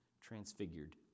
transfigured